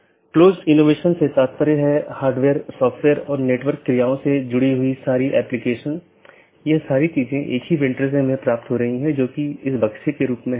जैसे अगर मै कहूं कि पैकेट न 1 को ऑटॉनमस सिस्टम 6 8 9 10 या 6 8 9 12 और उसके बाद गंतव्य स्थान पर पहुँचना चाहिए तो यह ऑटॉनमस सिस्टम का एक क्रमिक सेट है